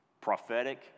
prophetic